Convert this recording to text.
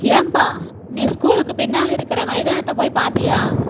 ஏம்பா நீ ஸ்கூலுக்கு பின்னால் இருக்கிற மைதானத்தை போய் பார்த்தியா